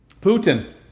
Putin